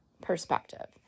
perspective